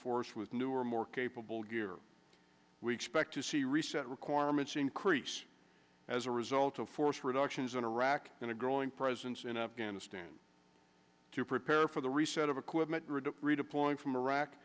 force with newer more capable gear we expect to see reset requirements increase as a result of force reductions in iraq and a growing presence in afghanistan to prepare for the reset of equipment reduce redeploying from iraq